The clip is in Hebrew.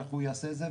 והוא יעשה את זה,